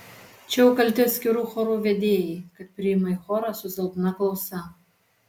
čia jau kalti atskirų chorų vedėjai kad priima į chorą su silpna klausa